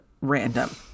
random